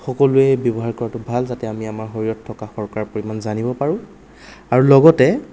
সকলোৱে ব্যৱহাৰ কৰাতো ভাল যাতে আমি আমাৰ শৰীৰত থকা শৰ্কৰাৰ পৰিমাণ জানিব পাৰোঁ আৰু লগতে